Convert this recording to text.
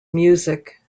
music